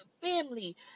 family